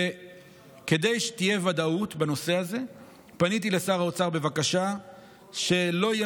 וכדי שתהיה ודאות בנושא הזה פניתי לשר האוצר בבקשה שלא יהיה